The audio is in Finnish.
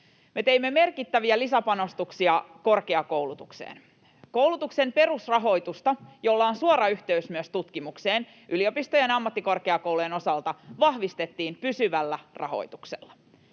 teimme merkittäviä lisäpanostuksia korkeakoulutukseen. Koulutuksen perusrahoitusta, jolla on suora yhteys myös tutkimukseen, vahvistettiin yliopistojen ja ammattikorkeakoulujen osalta pysyvällä rahoituksella.